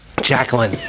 Jacqueline